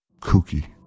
Cookie